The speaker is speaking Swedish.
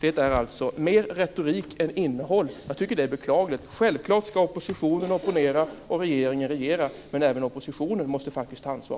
Det är alltså mer retorik än innehåll, och det är beklagligt. Självfallet ska oppositionen opponera och regeringen regera. Men även oppositionen måste faktiskt ta ansvar.